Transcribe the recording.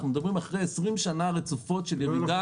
אלא אנחנו מדברים פה על 20 שנה רצופות של ירידה